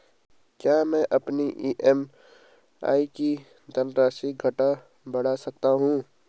क्या मैं अपनी ई.एम.आई की धनराशि घटा बढ़ा सकता हूँ?